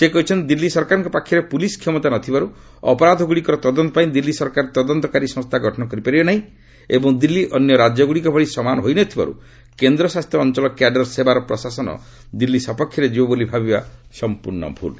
ସେ କହିଛନ୍ତି ଦିଲ୍ଲୀ ସରକାରଙ୍କ ପାଖରେ ପୁଲିସ୍ କ୍ଷମତା ନ ଥିବାରୁ ଅପରାଧଗୁଡ଼ିକର ତଦନ୍ତ ପାଇଁ ଦିଲ୍ଲୀ ସରକାର ତଦନ୍ତକାରୀ ସଂସ୍ଥା ଗଠନ କରିପାରିବେ ନାହିଁ ଏବଂ ଦିଲ୍ଲୀ ଅନ୍ୟ ରାଜ୍ୟଗୁଡ଼ିକ ଭଳି ସମାନ ହୋଇନଥିବାରୁ କେନ୍ଦ୍ର ଶାସିତ ଅଞ୍ଚଳ କ୍ୟାଡର୍ ସେବାର ପ୍ରଶାସନ ଦିଲ୍ଲୀ ସପକ୍ଷରେ ଯିବ ବୋଲି ଭାବିବା ସମ୍ପର୍ଶ୍ଣ ଭୁଲ୍ ହେବ